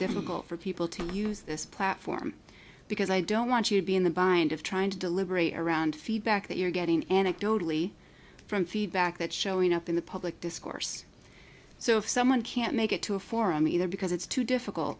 difficult for people to use this platform because i don't want to be in the bind of trying to deliberate around feedback that you're getting anecdotally from feedback that showing up in the public discourse so if someone can't make it to a forum either because it's too difficult